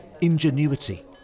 Ingenuity